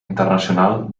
internacional